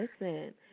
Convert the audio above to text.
Listen